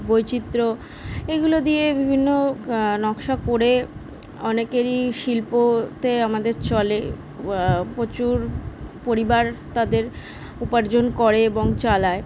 বৈচিত্র্য এইগুলো দিয়ে বিভিন্ন নকশা করে অনেকেরই শিল্পতে আমাদের চলে প্রচুর পরিবার তাদের উপার্জন করে এবং চালায়